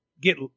get